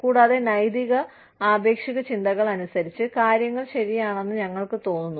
കൂടാതെ നൈതിക ആപേക്ഷിക ചിന്തകൾ അനുസരിച്ച് കാര്യങ്ങൾ ശരിയാണെന്ന് ഞങ്ങൾക്ക് തോന്നുന്നു